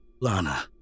Lana